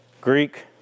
Greek